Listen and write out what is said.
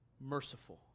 Merciful